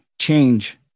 change